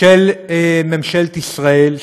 של ממשלת ישראל,